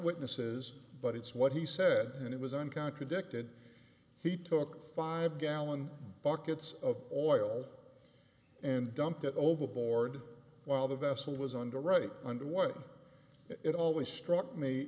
witnesses but it's what he said and it was an contradicted he took five gallon buckets of oil and dumped it overboard while the vessel was underwriting under what it always struck me